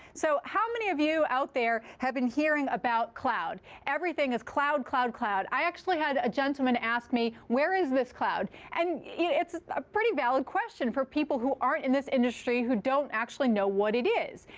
so how many of you out there have been hearing about cloud? everything is cloud, cloud, cloud. i actually had a gentleman ask me, where is this cloud and it's a pretty valid question for people who aren't in this industry who don't actually know what it is.